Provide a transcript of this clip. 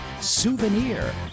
Souvenir